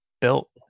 built